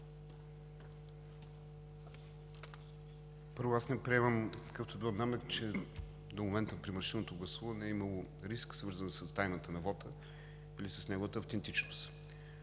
Първо, аз не приемам какъвто и да било намек, че до момента при машинното гласуване е имало риск, свързан с тайната на вота или с неговата автентичност.